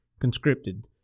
conscripted